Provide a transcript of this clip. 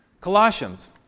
Colossians